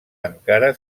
encara